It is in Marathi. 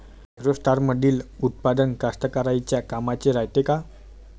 ॲग्रोस्टारमंदील उत्पादन कास्तकाराइच्या कामाचे रायते का?